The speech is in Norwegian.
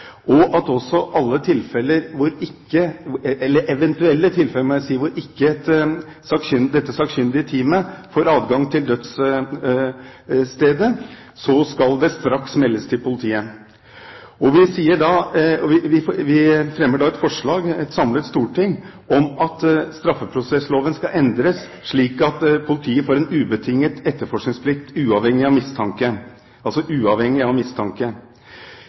og at alle eventuelle tilfeller hvor det sakkyndige teamet ikke får adgang til dødsstedet, også skal meldes til politiet straks. Et samlet storting fremmer et forslag om at straffeprosessloven skal endres, slik at politiet får en ubetinget etterforskningsplikt uavhengig av mistanke – altså: uavhengig av mistanke.